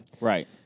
Right